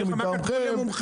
אני אגיד לך מה אומרים המומחים,